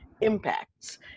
impacts